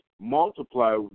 multiply